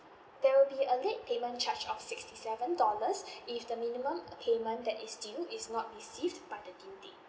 there will be a late payment charge of sixty seven dollars if the minimum payment that is due is not receive by the due date